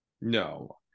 No